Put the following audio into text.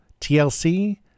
TLC